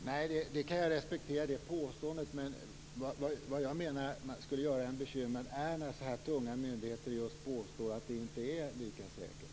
Fru talman! Jag kan respektera det påståendet. Men jag menar att det skulle göra en bekymrad att så här tunga myndigheter påstår att det inte är lika säkert.